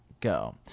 go